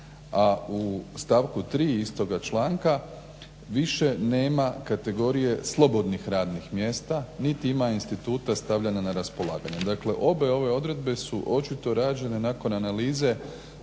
a u stavku 3. istoga članka više nema kategorije slobodnih radnih mjesta, niti ima instituta stavljanja na raspolaganje. Dakle, obe ove odredbe su očito rađene nakon analize